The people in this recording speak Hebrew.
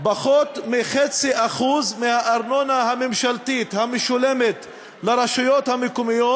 פחות מ-0.5% מהארנונה הממשלתית המשולמת לרשויות המקומיות,